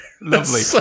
lovely